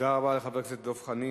תודה רבה לחבר הכנסת דב חנין.